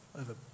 over